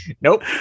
Nope